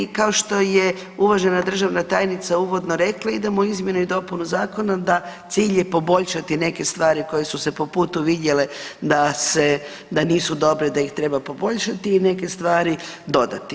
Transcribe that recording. Kao što je uvažena državna tajnica uvodno rekla idemo u izmjene i dopunu zakona da cilj je poboljšati neke stvari koje su se po putu vidjele da se, da nisu dobre da ih treba poboljšati i neke stvari dodati.